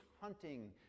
hunting